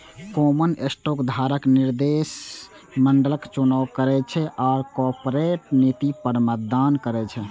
common stock धारक निदेशक मंडलक चुनाव करै छै आ कॉरपोरेट नीति पर मतदान करै छै